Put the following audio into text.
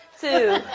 two